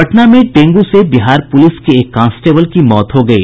पटना में डेंगू से बिहार प्रलिस के एक कांस्टेबल की मौत हो गयी